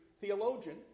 theologian